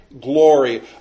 glory